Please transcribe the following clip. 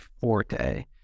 forte